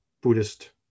Buddhist